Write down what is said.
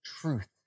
truth